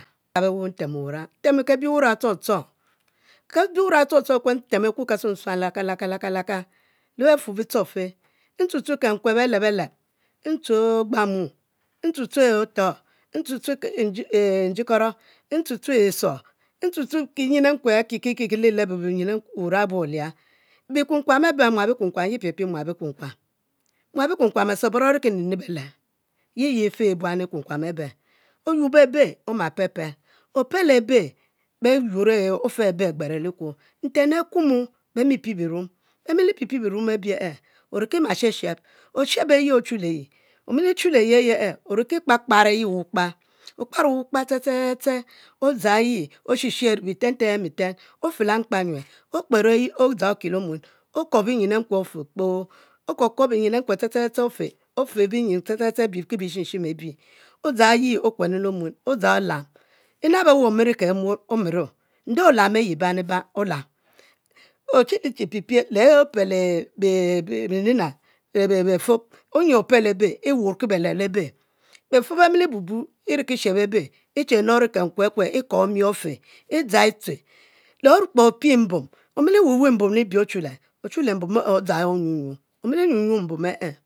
Nre ntemo wurang nteme ku ekctchong ctchong laka laka, le betuor bitchong fe ntue tue kekue beleb beleb, ntue ogbamu ntutue ofo, entute tuevnjikoro, ntutue iso, ntutue kinyin ekue aki lebolebo wurang abue olior bikum kuam abia, yi e'piepie mual bikumkuam, myal bikuorkuam asoboro arikinene beleb, yi yi fe buan ekukuam abe oyobo ebe oma peu pel, ofelo be, be yur e'he ofa beh, agbere likuo, nten akuomu bemi pie bimom, bimili piepie benem e'oriki musheb sheb, oshe be e'yi ochu le yi omiliche le yi aye oriki kpar kpar eyi wukpa, okparo wu kpa ste ste ste, odzang yi oshibri beten ten beten, ofe le mkpuyue odzang e'yi okie le omuen okuo binyin enkue ofe kpoo, okuo kuo binyin enku ste ste ste ofe, ofe binyin ste ste ste abe ki bishim shim e'bi, odzang yi ekuenu le emue odzang yi olam, e'nabe weh omero kemuor omero nde olamo ayi e'ban eban olam ochi li che pipie le ope ena befob, opelo beh, iwuriki beleb lebe, befob bemilibubu e'ri ki sheb ebe e'nuori kekue akue e'kuo mio e'fe, edzang e'tue, le okpe pue mbom, omili weweh mbom lebie ochule, mbom e odzang e'onyu onyu omili nyu nyu mbo e'e'